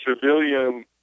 civilian